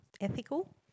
ethical